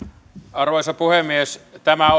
arvoisa puhemies tämä